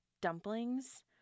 dumplings